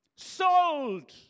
Sold